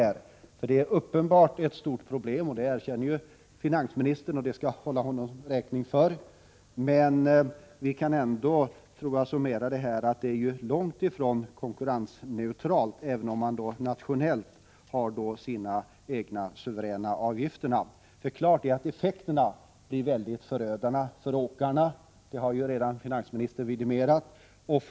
Finansministern erkänner att det är fråga om ett stort problem, och det håller jag honom räkning för. Låt mig dock summera genom att säga att skatten långt ifrån är konkurrensneutral, även om man inom det egna landet inte gör någon skillnad i avgiftshänseende. Klart är att effekterna av gällande ordning blir förödande för åkarna. Detta har redan vidimerats av finansministern.